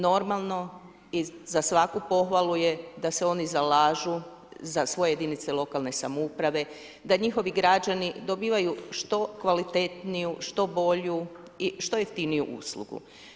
Normalno i za svaku pohvalu je da se oni zalažu za svoje jedinice lokalne samouprave, da njihovi građani dobivaju što kvalitetniju, što bolju i što jeftiniju uslugu.